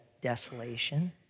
desolation